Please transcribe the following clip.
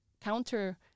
counter